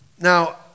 Now